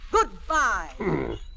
Goodbye